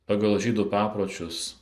pagal žydų papročius